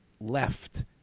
left